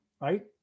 right